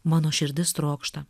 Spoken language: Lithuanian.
mano širdis trokšta